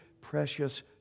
precious